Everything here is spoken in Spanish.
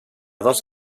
dos